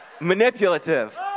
Manipulative